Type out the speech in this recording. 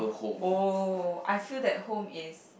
oh I feel that home is